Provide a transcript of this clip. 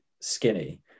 skinny